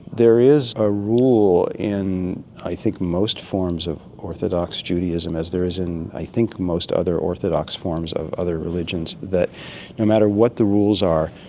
there is a rule in i think most forms of orthodox judaism, as there is in i think most other orthodox forms of other religions, that no matter what the rules are,